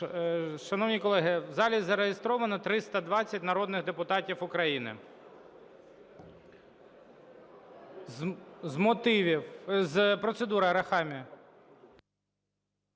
Шановні колеги, в залі зареєстровано 320 народних депутатів України. З мотивів…